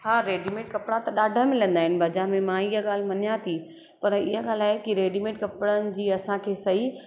हा रेडीमेड कपिड़ा त ॾाढा मिलंदा आहिनि बज़ार में मां इहा ॻाल्हि मञिया थी पर इहा ॻाल्हि आहे की रेडीमेड कपिड़नि जी असांखे सही